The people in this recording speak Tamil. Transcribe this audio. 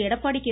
எடப்பாடி கே